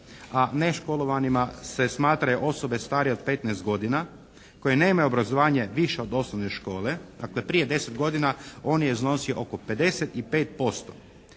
a neškolovanima se smatraju osobe starije od 15 godina koje nemaju obrazovanje više od osnovne škole, dakle, prije 10 godina on je iznosio oko 55%.